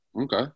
Okay